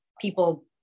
people